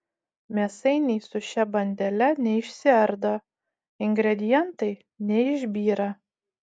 mėsainiai su šia bandele neišsiardo ingredientai neišbyra